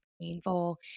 painful